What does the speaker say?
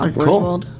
Cool